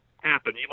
happen